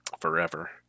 forever